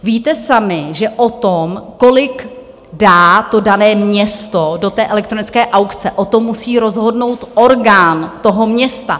Víte sami, že o tom, kolik dá to dané město do té elektronické aukce, o tom musí rozhodnout orgán toho města.